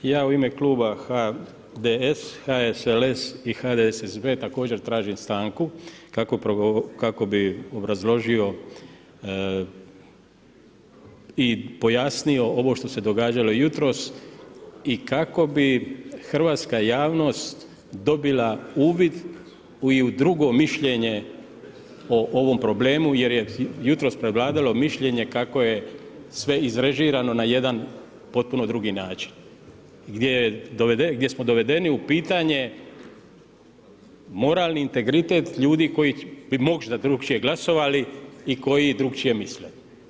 Ja u ime kluba HDS, HSLS i HDSSB također tražim stanku kako bi obrazložio i pojasnio ovo što se događalo jutros i kako bi hrvatska javnost dobila uvid i drugo mišljenje o ovom problemu jer je jutro prevladalo mišljenje kako je sve izrežirano na jedan potpuno drugi način gdje smo dovedeni u pitanje moralni integritet ljudi koji bi možda drukčije glasovali i koji drukčije misle.